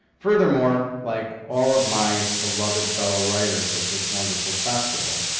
furthermore, like all of my beloved fellow writers at this wonderful festival,